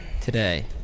Today